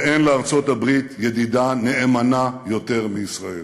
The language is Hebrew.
ואין לארצות-הברית ידידה נאמנה יותר מישראל.